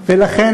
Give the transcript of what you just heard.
ולכן,